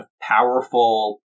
powerful